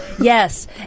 yes